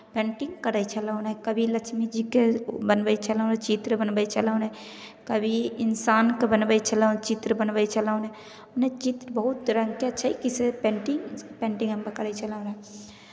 painting करै छलहुँ रहय कभी लक्ष्मीजीके बनबै छलहुँ रहय चित्र बनबै छलहुँ रहय कभी इन्सानके बनबै छलहुँ चित्र बनबै छलहुँ रहय मने चित्र बहुत तरहके छै इसभ पेन्टिंग पेन्टिंग हम पकड़ै छलहुँ रहय